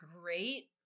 great